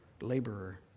laborer